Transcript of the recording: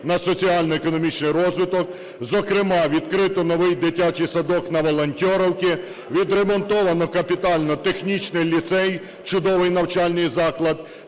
на соціально-економічний розвиток. Зокрема, відкрито новий дитячий садок на Волонтерівці, відремонтовано капітально технічний ліцей чудовий навчальний заклад,